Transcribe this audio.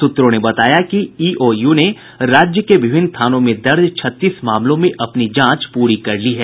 सूत्रों ने बताया कि ईओयू ने राज्य के विभिन्न थानों में दर्ज छत्तीस मामलों में अपनी जांच पूरी कर ली है